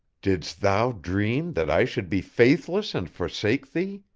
didst thou dream that i should be faithless and forsake thee?